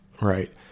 right